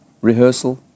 Rehearsal